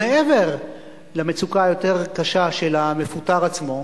מעבר למצוקה היותר קשה של המפוטר עצמו,